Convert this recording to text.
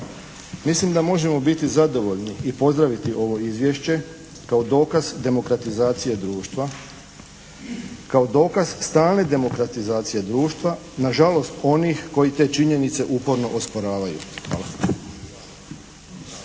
Mislim da možemo biti zadovoljni i pozdraviti ovo izvješće kao dokaz demokratizacije društva, kao dokaz stalne demokratizacije društva na žalost onih koji te činjenice uporno osporavaju. Hvala.